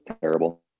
terrible